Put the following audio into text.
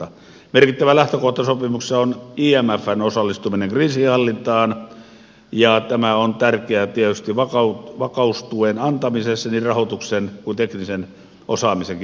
merkittävä lähtökohta sopimuksessa on imfn osallistuminen kriisinhallintaan ja tämä on tärkeää tietysti vakaustuen antamisessa niin rahoituksen kuin teknisen osaamisenkin puolella